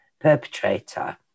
perpetrator